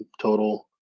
total